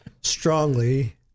strongly